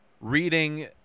reading